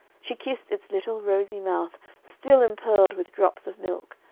she kissed its little rosy mouth still impearled with drops of milk,